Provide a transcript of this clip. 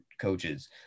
coaches